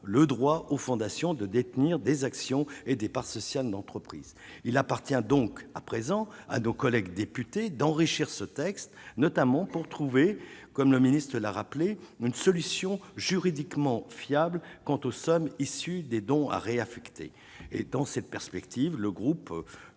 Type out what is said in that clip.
le droit aux fondations de détenir des actions et des parts sociales d'entreprise, il appartient donc à présent à nos collègues députés d'enrichir ce texte, notamment pour trouver, comme le ministre l'a rappelé une solution juridiquement fiable quant aux sommes issus des dons à réaffecter et dans cette perspective, le groupe